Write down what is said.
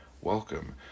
Welcome